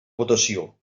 votació